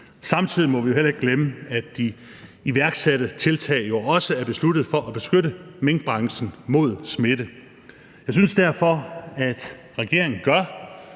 Samtidig må vi jo heller ikke glemme, at de iværksatte tiltag også er besluttet for at beskytte minkbranchen mod smitte. Jeg synes derfor, at regeringen gør,